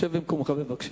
שב במקומך בבקשה.